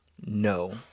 No